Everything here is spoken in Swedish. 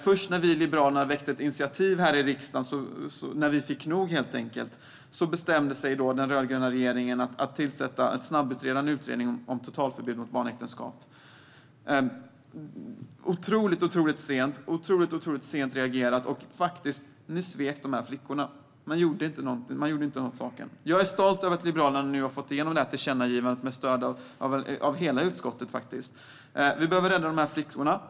Först när vi i Liberalerna väckte ett initiativ här i riksdagen - när vi helt enkelt fick nog - bestämde sig den rödgröna regeringen för att snabbutreda ett totalförbud mot barnäktenskap. Detta skedde otroligt sent. Ni reagerade otroligt långsamt, och ni svek faktiskt dessa flickor. Ni gjorde ingenting åt saken. Jag är stolt över att Liberalerna nu har fått igenom detta tillkännagivande, med stöd av hela utskottet. Vi behöver rädda de här flickorna.